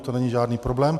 To není žádný problém.